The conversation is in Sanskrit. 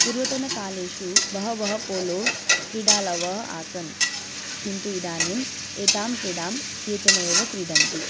पूर्वतनकालेषु बहवः पोलो क्रीडालवः आसन् किन्तु इदानीम् एतां क्रीडां केचन एव क्रीडन्ति